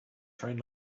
train